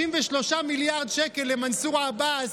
53 מיליארד שקל למנסור עבאס,